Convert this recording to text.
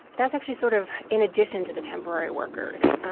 that's actually sort of in addition to the temporary workers.